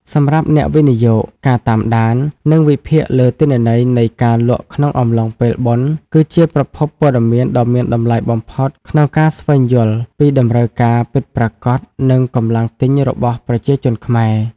សម្រាប់អ្នកវិនិយោគ ការតាមដាន និងវិភាគលើទិន្នន័យនៃការលក់ក្នុងអំឡុងពេលបុណ្យ គឺជាប្រភពព័ត៌មានដ៏មានតម្លៃបំផុតក្នុងការស្វែងយល់ពីតម្រូវការពិតប្រាកដ និងកម្លាំងទិញរបស់ប្រជាជនខ្មែរ។